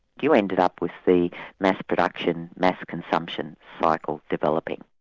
you ended up with the mass production, mass consumption cycle developing.